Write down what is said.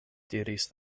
diris